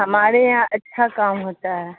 ہمارے یہاں اچھا کام ہوتا ہے